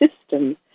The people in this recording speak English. system